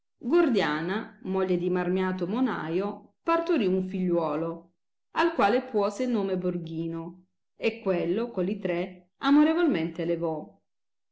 gordiana moglie di marmiato monaio parturì un figliuolo al quale puose nome borghino e quello coi tre amorevolmente allevò